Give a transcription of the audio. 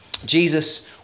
Jesus